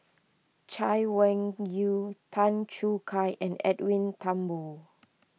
Chay Weng Yew Tan Choo Kai and Edwin Thumboo